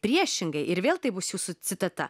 priešingai ir vėl tai bus jūsų citata